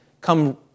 come